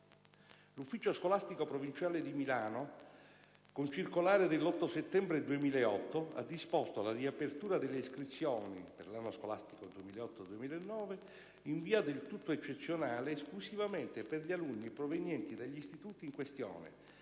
l'ufficio scolastico provinciale di Milano, con circolare dell'8 settembre 2008, ha disposto la riapertura delle iscrizioni per l'anno scolastico 2008/2009, in via del tutto eccezionale, esclusivamente per gli alunni provenienti dagli istituti in questione,